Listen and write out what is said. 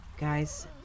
guys